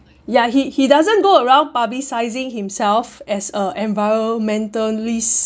ya he he doesn't go around publicising himself as a environmentalist